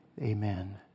Amen